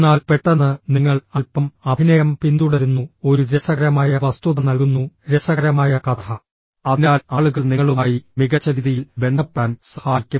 എന്നാൽ പെട്ടെന്ന് നിങ്ങൾ അല്പം അഭിനയം പിന്തുടരുന്നു ഒരു രസകരമായ വസ്തുത നൽകുന്നു രസകരമായ കഥ അതിനാൽ ആളുകൾ നിങ്ങളുമായി മികച്ച രീതിയിൽ ബന്ധപ്പെടാൻ സഹായിക്കും